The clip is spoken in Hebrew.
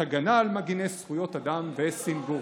"הגנה על מגיני זכויות אדם וסנגור".